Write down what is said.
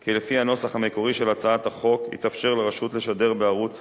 כי לפי הנוסח המקורי של הצעת החוק התאפשר לרשות לשדר בערוץ